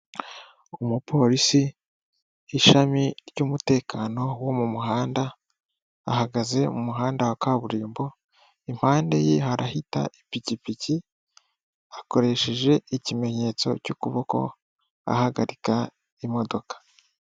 Umupolisi ishami ry'umutekano wo mu muhanda ahagaze mu muhanda wa kaburimbo, impande ye harahita ipikipiki akoresheje ikimenyetso cy'ukuboko ahagarika imodoka.